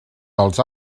dels